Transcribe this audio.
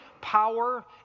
power